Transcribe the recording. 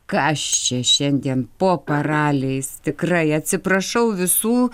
kas čia šiandien po paraliais tikrai atsiprašau visų